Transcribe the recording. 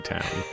Town